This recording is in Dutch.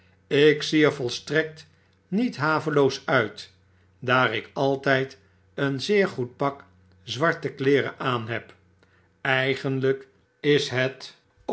ik zie er volstrekt niet haveloos uit daar ik alttjd een zeer goed pak zwarte kleeren aan heb eigenlyk is het